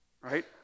right